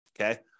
okay